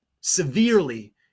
severely